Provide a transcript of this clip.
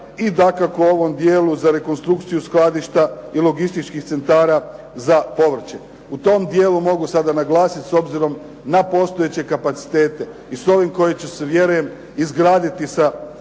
i dakako u ovom dijelu za rekonstrukciju skladišta i logističkih centara za povrće. U tom dijelu mogu sada naglasit, s obzirom na postojeće kapacitete i s ovim koji će se vjerujem izgraditi sa ovom